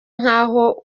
nkaho